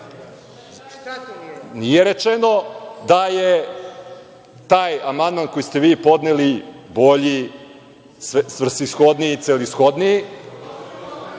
rečeno da je taj amandman koji ste vi podneli bolji, svrsishodniji, celishodniji.